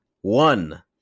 one